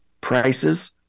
prices